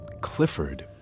Clifford